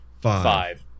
five